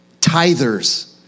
tithers